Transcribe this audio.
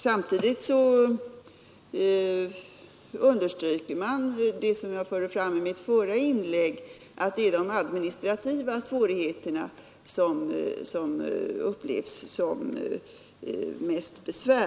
Samtidigt understryker man det som jag förde fram i mitt förra inlägg, nämligen att det är de administrativa svårigheterna som upplevs som störst.